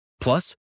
Plus